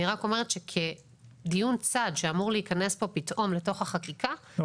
אני רק אומרת שכדיון צד שאמור להיכנס פה פתאום לתוך החקיקה זה --- לא,